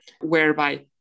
whereby